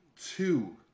two